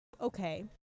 okay